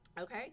Okay